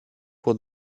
pour